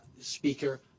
Speaker